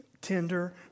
tender